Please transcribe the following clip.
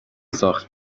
ساخت